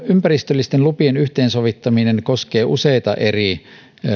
ympäristöllisten lupien yhteensovittaminen koskee useita eri